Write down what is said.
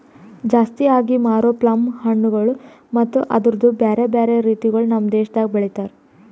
ಜಾಸ್ತಿ ಆಗಿ ಮಾರೋ ಪ್ಲಮ್ ಹಣ್ಣುಗೊಳ್ ಮತ್ತ ಅದುರ್ದು ಬ್ಯಾರೆ ಬ್ಯಾರೆ ರೀತಿಗೊಳ್ ನಮ್ ದೇಶದಾಗ್ ಬೆಳಿತಾರ್